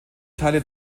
teile